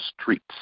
streets